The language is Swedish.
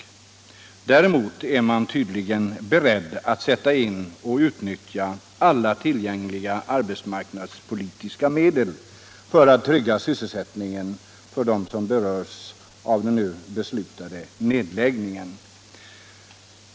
Däremot är man tydligen beredd att sätta in — och utnyttja — alla tillgängliga arbetsmarknadspolitiska medel för att trygga sysselsättningen för dem som berörs av den nu beslutade nedläggningen.